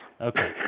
Okay